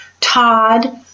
Todd